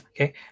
okay